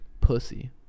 pussy